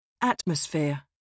Atmosphere